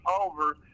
over